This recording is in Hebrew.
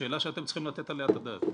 שאלה שאתם צריכים לתת עליה את הדעת.